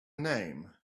name